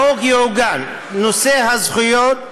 בחוק יעוגן נושא הזכויות,